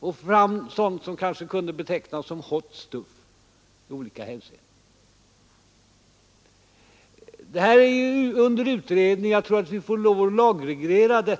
få fram sådant som kanske kan betecknas som hot stuff i olika hänseenden. Detta är under utredning, och jag tror vi får lov att lagreglera det.